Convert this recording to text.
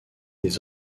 des